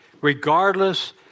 regardless